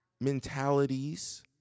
mentalities